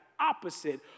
opposite